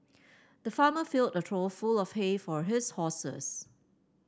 the farmer filled a trough full of hay for his horses